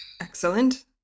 Excellent